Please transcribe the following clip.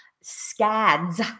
scads